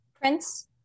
Prince